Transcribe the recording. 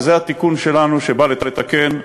ואת זה התיקון שלנו בא לתקן,